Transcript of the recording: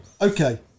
Okay